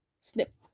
snip